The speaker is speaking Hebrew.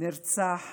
נרצח